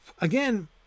Again